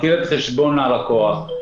מכיר את חשבון הלקוח,